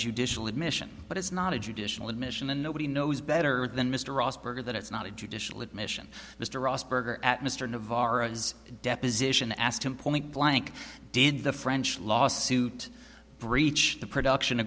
judicial admission but it's not a traditional admission and nobody knows better than mr ross berger that it's not a judicial admission mr rosberg or at mr navarro's deposition asked him point blank did the french law suit breach the production